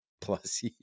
plus